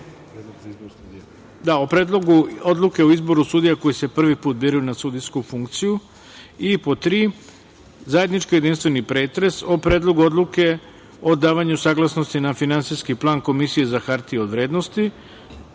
Predlogu odluke o izboru sudija koji se prvi put biraju na sudijsku funkciju.3. zajednički jedinstveni pretres o:- Predlogu odluke o davanju saglasnosti na Finansijski plan Komisije za hartije od vrednosti